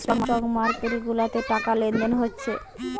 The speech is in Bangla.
স্টক মার্কেট গুলাতে টাকা লেনদেন হচ্ছে